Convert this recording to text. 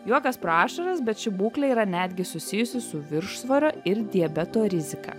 juokas pro ašaras bet ši būklė yra netgi susijusi su viršsvoriu ir diabeto rizika